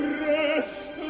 rest